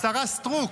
השרה סטרוק,